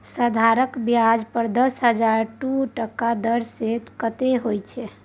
साधारण ब्याज पर दस हजारक दू टका दर सँ कतेक होएत?